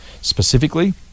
specifically